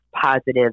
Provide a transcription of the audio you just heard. positive